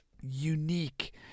unique